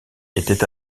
était